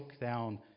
down